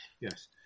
Yes